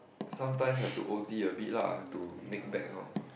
sometimes have to o_t a bit lah to make back orh